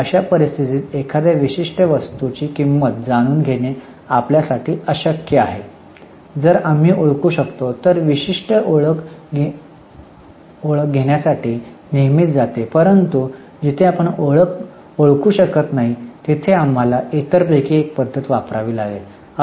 आणि अशा परिस्थितीत एखाद्या विशिष्ट वस्तूची किंमत जाणून घेणे आपल्यासाठी अशक्य आहे जर आम्ही ओळखू शकतो तर विशिष्ट ओळख घेण्यासाठी नेहमीच जाते परंतु जिथे आपण ओळखू शकत नाही तेथे आम्हाला इतर पैकी एक पद्धत वापरावी लागेल